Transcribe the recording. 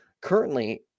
currently